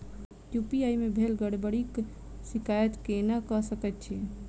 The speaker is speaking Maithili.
यु.पी.आई मे भेल गड़बड़ीक शिकायत केना कऽ सकैत छी?